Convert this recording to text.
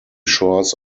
shores